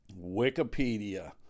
Wikipedia